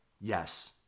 yes